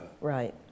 Right